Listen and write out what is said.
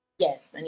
Yes